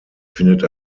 findet